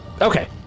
Okay